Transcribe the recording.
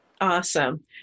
awesome